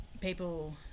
people